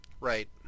Right